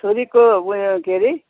छोरीको उयो के अरे